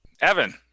Evan